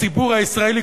הציבור הישראלי,